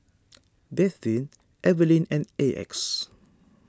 Bethzy Eveline and Exa